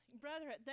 brotherhood